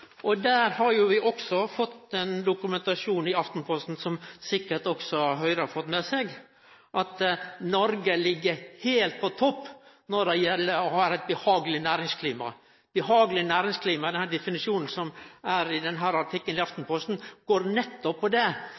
har også fått dokumentert i Aftenposten – som sikkert også Høgre har fått med seg – at Noreg ligg heilt på topp når det gjeld å ha eit behageleg næringsklima. Definisjonen på eit behageleg næringsklima i artikkelen i Aftenposten går nettopp på